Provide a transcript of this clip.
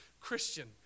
Christian